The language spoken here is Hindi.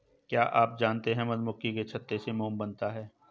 क्या आप जानते है मधुमक्खी के छत्ते से मोम बनता है